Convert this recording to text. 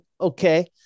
okay